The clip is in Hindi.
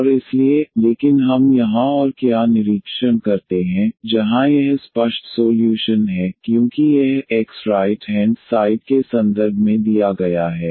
और इसलिए लेकिन हम यहां और क्या निरीक्षण करते हैं जहां यह स्पष्ट सोल्यूशन है क्योंकि यह y x right hand side के संदर्भ में दिया गया है